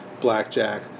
Blackjack